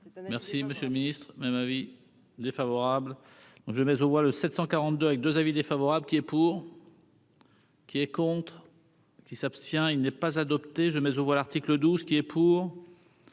Merci, monsieur le Ministre, ma ma vie. Défavorable je mais on voit le 742 avec 2 avis défavorable qui est pour. Qui est contre. Qui s'abstient, il n'est pas adopté, je mets aux voix, l'article 12 qui est. Pour